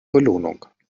belohnung